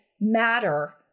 matter